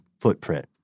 footprint